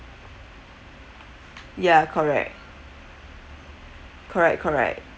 ya correct correct correct